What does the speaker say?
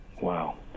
Wow